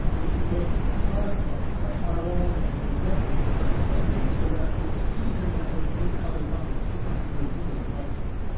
we can put policy devices, like firewalls and the ipses, up at the edge of those so that to get to the internet or to get to other buckets, you have to go through those devices.